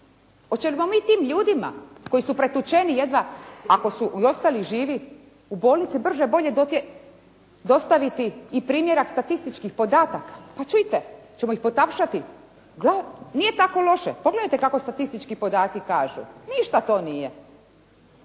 Hoćemo li mi tim ljudima koji su pretučeni jedva ako su i ostali živi u bolnice brže bolje dostaviti i primjerak statističkih podataka. Pa čujte, ćemo ih potapšati. Nije tako loše, pogledajte kako statistički podaci kažu, ništa to nije.